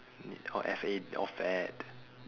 F A orh fad